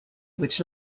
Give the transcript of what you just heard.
which